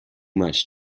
much